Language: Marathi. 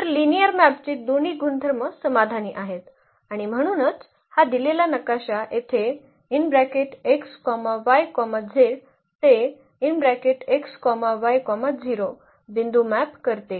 तर लिनिअर मॅपचे दोन्ही गुणधर्म समाधानी आहेत आणि म्हणूनच हा दिलेला नकाशा येथे ते बिंदू मॅप करते